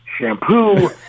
shampoo